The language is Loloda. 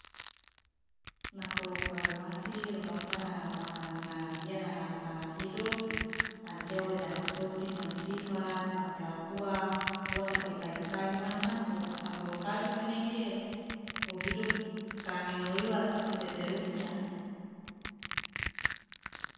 nako wo kawing wasi lo maruka nanga nanga kia nanga pasangan hidup an kia woja nakosi man sifat man kalakuan uwa sampe itagi tagi man kan nako samping wo kawing manege wo hidup ka ange moi uwa tapi seterusnya.